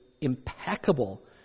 impeccable